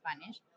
Spanish